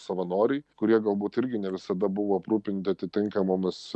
savanoriai kurie galbūt irgi ne visada buvo aprūpinti atitinkamomis